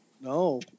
No